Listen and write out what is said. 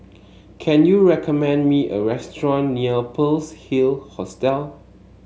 can you recommend me a restaurant near Pearl's Hill Hostel